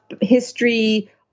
history